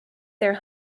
their